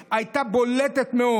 הם יוכלו להצליח כנגד כל הסיכויים.